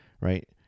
right